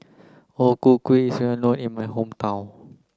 O Ku Kueh is well known in my hometown